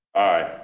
aye.